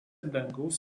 dangaus